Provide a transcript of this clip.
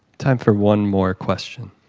time for one more question.